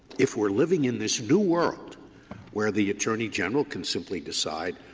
if we're living in this new world where the attorney general can simply decide,